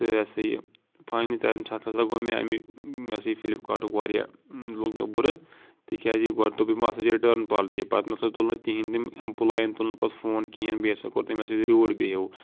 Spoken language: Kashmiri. تہٕ یہِ ہسا یہِ گوٚو مےٚ امی یہِ ہسا یہِ فِلِپ کاٹُک واریاہ لوٚگ مےٚ بُرٕ تِکیازِ گۄڈ دوٚپ یِمَو اَتھ ہسا چھ رِٹٲرن پالسی پتہٕ نسا تُل نہٕ تِہِندۍ تٔمۍ ایمپلایَن تُل نہٕ پتہٕ فون کِہِنۍ بیٚیہِ ہسا کوٚر تیٚمۍ مےٚ